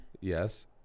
Yes